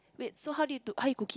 wait so how do you do how you cook it